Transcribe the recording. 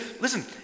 listen